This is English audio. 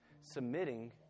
submitting